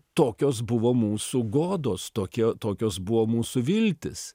tokios buvo mūsų godos tokie tokios buvo mūsų viltys